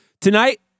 Tonight